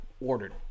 ordered